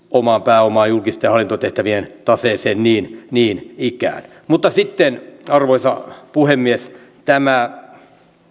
oman pääoman julkisten hallintotehtävien taseeseen niin niin ikään mutta sitten arvoisa puhemies tämä